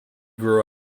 grew